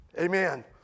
Amen